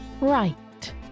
Right